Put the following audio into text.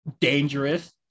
dangerous